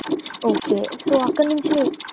okay so అక్కడనుంచి మీరు